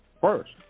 first